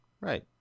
Right